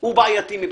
הוא בעייתי מבחינתי.